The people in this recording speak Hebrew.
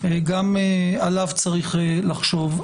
גם על זה צריך לחשוב.